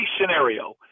scenario